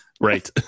Right